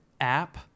app